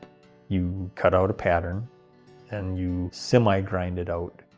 you cut out a pattern and you semi grind it out,